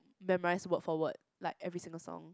memorise word for word like every single song